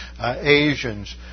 Asians